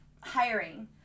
hiring